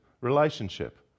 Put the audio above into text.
relationship